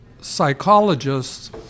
psychologists